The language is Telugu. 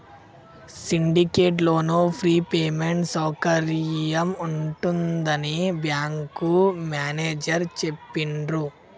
సిండికేట్ లోను ఫ్రీ పేమెంట్ సౌకర్యం ఉంటుందని బ్యాంకు మేనేజేరు చెప్పిండ్రు